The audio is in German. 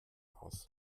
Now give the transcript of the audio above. aus